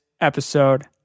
episode